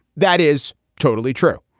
that is totally true.